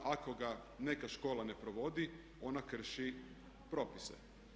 Ako ga neka škola ne provodi ona krši propise.